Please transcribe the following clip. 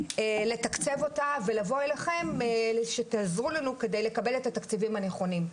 לתקצב אותה ולבוא אליכם שתעזרו לנו כדי לקבל את התקציבים הנכונים.